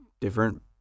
different